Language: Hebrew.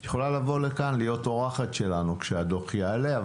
את יכולה לבוא לכאן ולהיות אורחת שלנו כשהדוח יעלה,